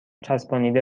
چسبانیده